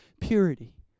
purity